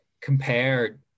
compare